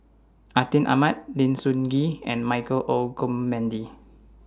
Atin Amat Lim Soo Ngee and Michael Olcomendy